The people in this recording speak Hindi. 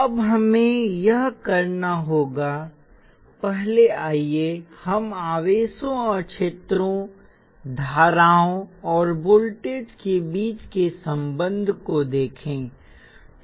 अब हमें यह करना होगा पहले आइए हम आवेशों और क्षेत्रों धाराओं और वोल्टेज के बीच के संबंध को देखें